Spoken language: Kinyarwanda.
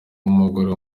umugore